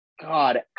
god